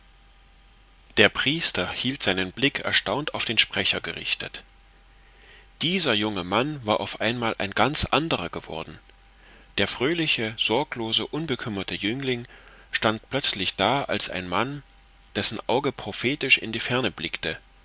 der priester hielt seinen blick erstaunt auf den sprecher gerichtet dieser junge mann war auf einmal ein ganz anderer geworden der fröhliche sorglose unbekümmerte jüngling stand plötzlich da als ein mann dessen auge prophetisch in die ferne blickte